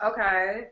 Okay